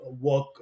work